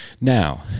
Now